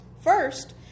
First